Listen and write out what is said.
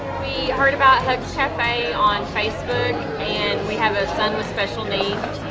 we heard about hugs cafe on facebook and we have a son with special needs.